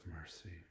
mercy